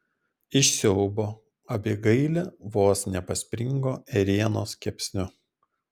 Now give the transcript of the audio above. iš siaubo abigailė vos nepaspringo ėrienos kepsniu